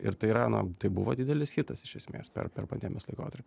ir tai yra na tai buvo didelis hitas iš esmės per per pandemijos laikotar